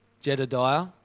Jedediah